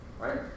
Right